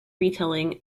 retelling